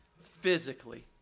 physically